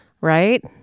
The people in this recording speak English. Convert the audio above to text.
Right